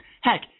heck